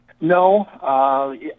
No